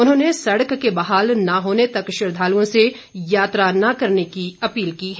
उन्होंने सड़क के बहाल न होने तक श्रद्धालुओं से यात्रा न करने की अपील की है